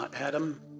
Adam